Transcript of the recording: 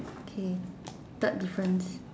okay third difference